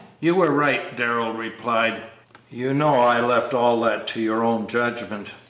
you were right, darrell replied you know i left all that to your own judgment.